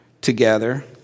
together